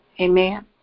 Amen